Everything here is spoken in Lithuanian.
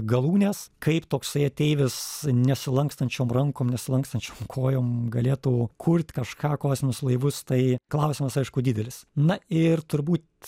galūnės kaip toksai ateivis nesilankstančiom rankom nesilankstančiom kojom galėtų kurt kažką kosminius laivus tai klausimas aišku didelis na ir turbūt